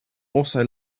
also